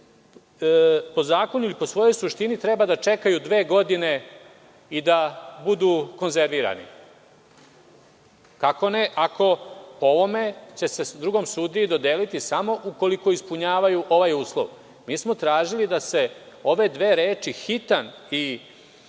po zakonu ili po svojoj suštini treba da čekaju dve godine i da budu konzervirani. Kako ne, ako ne, po ovome će se drugom sudiji dodeliti smo ukoliko ispunjavaju ovaj uslov. Mi smo tražili da se ove dve reči „hitan po